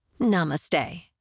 Namaste